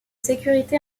sécurité